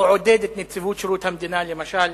או עודד את נציבות שירות המדינה, למשל,